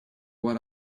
what